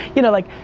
you know like,